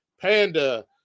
panda